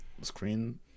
screen